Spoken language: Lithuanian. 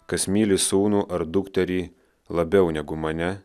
kas myli sūnų ar dukterį labiau negu mane